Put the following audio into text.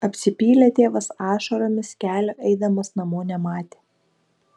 apsipylė tėvas ašaromis kelio eidamas namo nematė